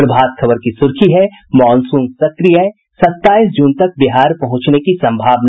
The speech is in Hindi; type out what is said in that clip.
प्रभात खबर की सुर्खी है मॉनसून सक्रिय सत्ताईस जून तक बिहार पहुंचने की सम्भावना